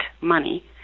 money